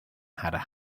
had